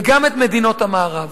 וגם את מדינות המערב.